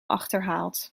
achterhaald